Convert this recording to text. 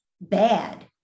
bad